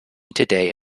today